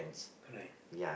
correct